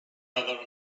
other